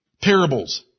Parables